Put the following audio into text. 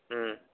ꯎꯝ